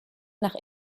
nach